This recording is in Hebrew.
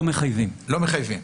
לא מחייבים.